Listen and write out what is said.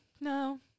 no